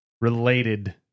related